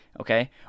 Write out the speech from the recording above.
okay